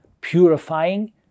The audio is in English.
Purifying